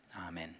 Amen